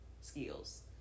skills